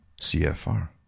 CFR